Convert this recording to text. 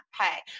pay